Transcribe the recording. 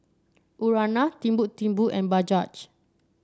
Urana Timbuk Timbuk and Bajaj